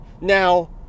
Now